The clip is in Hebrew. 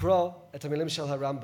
לקרוא את המילים של הרמב"ם,